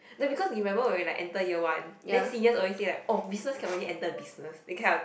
no because you remember when we were like enter year one then seniors always say like oh business cannot get enter business that kind of thing